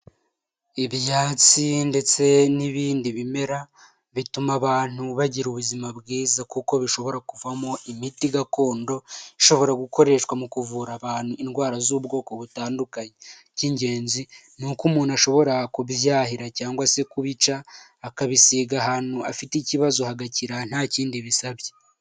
Ibyatsi ndetse n'ibindi bimera bituma abantu bagira ubuzima bwiza kuko bishobora kuvamo imiti gakondo ishobora gukoreshwa mu kuvura abantu indwara z'ubwoko butandukanye. Iki ngenzi ni uko umuntu ashobora kubyahira cyangwa se kubica akabisiga ahantu afite ikibazo hagakira nta kindi bisabye.